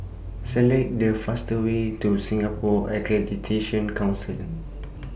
Select The fastest Way to Singapore Accreditation Council